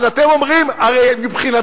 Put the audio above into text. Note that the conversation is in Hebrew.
אז אתם אומרים, הרי מבחינתכם,